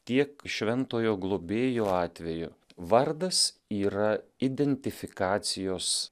tiek šventojo globėjo atveju vardas yra identifikacijos